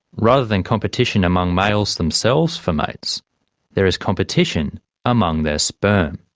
rather than competition among males themselves for mates there is competition among their sperm.